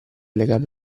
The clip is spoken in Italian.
legame